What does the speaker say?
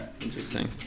Interesting